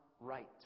right